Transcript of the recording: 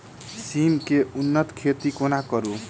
सिम केँ उन्नत खेती कोना करू?